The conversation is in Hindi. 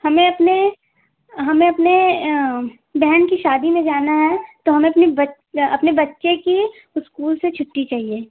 हमें अपने हमें अपने बहन की शादी में जाना है तो हमें अपने बच्चे की स्कूल से छुट्टी चाहिए